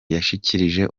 yashikirije